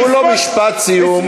די, תנו לו משפט סיום, בבקשה.